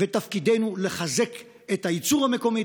תפקידנו לחזק את הייצור המקומי,